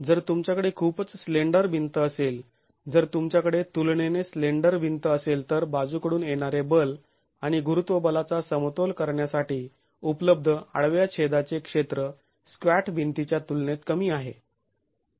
जर तुमच्याकडे खूपच स्लेंडर भिंत असेल जर तुमच्याकडे तुलनेने स्लेंडर भिंत असेल तर बाजूकडून येणारे बल आणि गुरुत्वबलाचा समतोल करण्यासाठी उपलब्ध आडव्या छेदाचे क्षेत्र स्क्वॅट भिंतीच्या तुलनेत कमी आहे